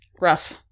Rough